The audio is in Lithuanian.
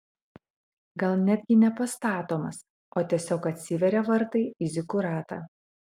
gal netgi ne pastatomas o tiesiog atsiveria vartai į zikuratą